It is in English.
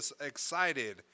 excited